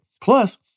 Plus